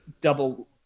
double